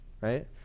right